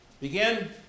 Begin